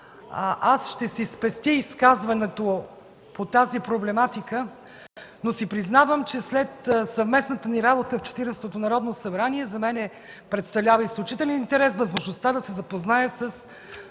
Аз ще си спестя изказването по тази проблематика, но признавам, че след съвместната ни работа в Четиридесет и първото Народно събрание за мен представлява изключителен интерес възможността да се запозная с